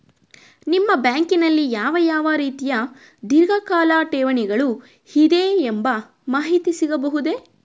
ನಿಮ್ಮ ಬ್ಯಾಂಕಿನಲ್ಲಿ ಯಾವ ಯಾವ ರೀತಿಯ ಧೀರ್ಘಕಾಲ ಠೇವಣಿಗಳು ಇದೆ ಎಂಬ ಮಾಹಿತಿ ಸಿಗಬಹುದೇ?